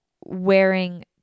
wearing